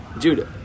Dude